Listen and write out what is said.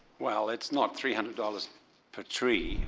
well, it's not three hundred dollars per tree.